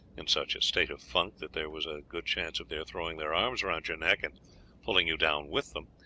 in such a state of funk that there was a good chance of their throwing their arms round your neck and pulling you down with them,